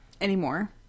Anymore